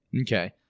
Okay